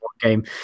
game